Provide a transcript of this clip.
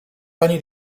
pani